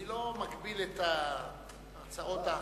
אני לא מגביל את ההצעות האחרות,